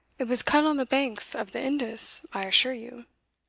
it was cut on the banks of the indus, i assure you.